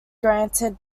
granted